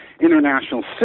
international